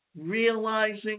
realizing